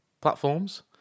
platforms